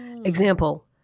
Example